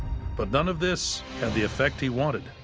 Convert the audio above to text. but none of this had the effect he wanted.